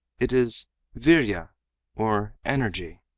it is virya or energy.